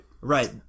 Right